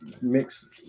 Mix